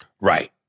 right